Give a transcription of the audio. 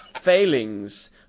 failings